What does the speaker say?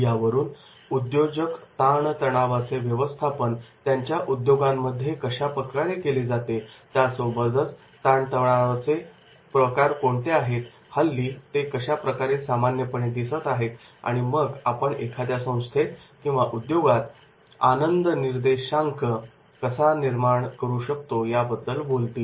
यावरून उद्योजक ताणतणावाचे व्यवस्थापन त्यांच्या उद्योगांमध्ये कशाप्रकारे केले जाते त्यासोबतच कोणत्या प्रकारचे ताणतणाव हल्ली सामान्यपणे दिसत आहेत आणि मग आपण एखाद्या संस्थेत उद्योगात आनंद निर्देशांक कसा निर्माण करू शकतो याबद्दल बोलतील